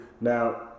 Now